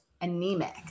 anemic